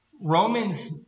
Romans